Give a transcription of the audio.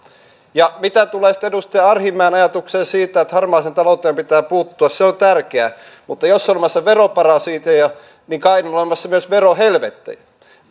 ja mitä tulee sitten edustaja arhinmäen ajatukseen siitä että harmaaseen talouteen pitää puuttua se on tärkeää mutta jos on olemassa veroparatiiseja niin kai on olemassa myös verohelvettejä